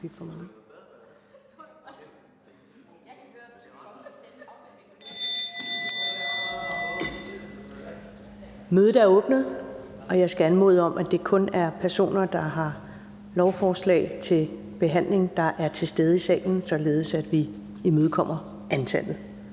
Mødet er åbnet. Jeg skal anmode om, at det kun er personer, der har lovforslag til behandling, der er til stede i salen, således at vi imødekommer antallet.